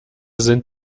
sind